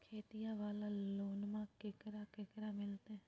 खेतिया वाला लोनमा केकरा केकरा मिलते?